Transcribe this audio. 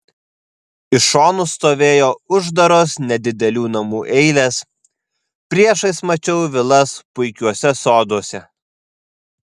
iš šonų stovėjo uždaros nedidelių namų eilės priešais mačiau vilas puikiuose soduose